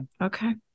Okay